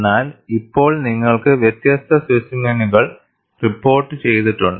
എന്നാൽ ഇപ്പോൾനിങ്ങൾക്ക്വ്യത്യസ്ത സ്പെസിമെനുകൾ റിപ്പോർട്ടു ചെയ്തിട്ടുണ്ട്